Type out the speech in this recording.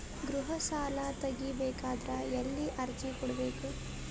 ಗೃಹ ಸಾಲಾ ತಗಿ ಬೇಕಾದರ ಎಲ್ಲಿ ಅರ್ಜಿ ಕೊಡಬೇಕು?